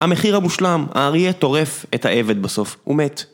המחיר המושלם, האריה טורף את העבד בסוף, הוא מת.